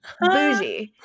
Bougie